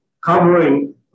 covering